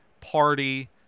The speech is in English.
party